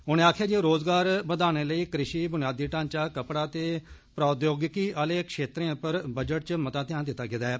उनें आकखेआ जे रोजगार बघाने लेई कृषि बुनियादी ढांचा कपड़ा ते प्राचौगिकी आले खेतरें पर बजट च मता ध्यान दित्ता गेदा ऐ